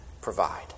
provide